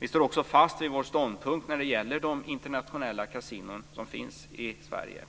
Vi står fast vid vår ståndpunkt när det gäller de internationella kasinon som ska byggas i Sverige.